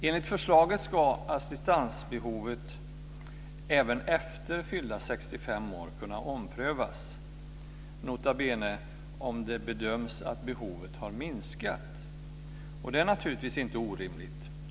Enligt förslaget ska assistansbehovet kunna omprövas även efter det att någon fyllt 65 år om det, nota bene, bedöms att behovet har minskat. Det är naturligtvis inte orimligt.